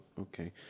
okay